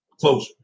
Closure